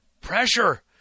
pressure